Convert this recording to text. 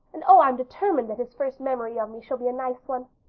and oh, i'm determined that his first memory of me shall be a nice one.